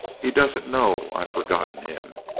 he doesn't know i've forgotten him.